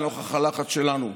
נוכח הלחץ שלנו,